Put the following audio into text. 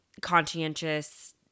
conscientious